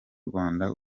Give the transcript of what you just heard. rwanda